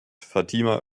fatima